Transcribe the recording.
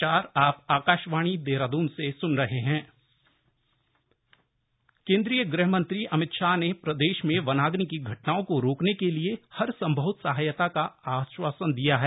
CM on वनाग्नि केंद्रीय गृहमंत्री अमित शाह ने प्रदेश में वनाग्नि की घटनाओं को रोकने के लिए हर सम्भव सहायता का आश्वासन दिया है